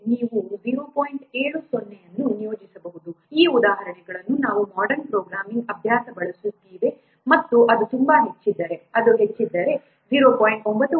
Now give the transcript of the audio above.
70 ಅನ್ನು ನಿಯೋಜಿಸಬಹುದು ಈ ಉದಾಹರಣೆಗಳನ್ನು ನಾನು ಮೊಡರ್ನ್ ಪ್ರೋಗ್ರಾಮಿಂಗ್ ಅಭ್ಯಾಸಗಳು ಬಳಸುತ್ತಿವೆ ಮತ್ತು ಅದು ತುಂಬಾ ಹೆಚ್ಚಿದ್ದರೆ ಅದು ಹೆಚ್ಚಿದ್ದರೆ 0